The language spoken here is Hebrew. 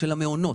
המעונות.